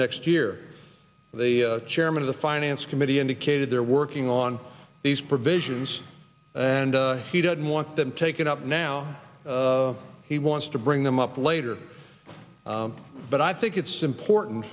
next year the chairman of the finance committee indicated they're working on these provisions and he doesn't want them taken up now he wants to bring them up later but i think it's important